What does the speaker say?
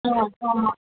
ம் ஆமாம்